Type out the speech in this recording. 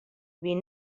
wie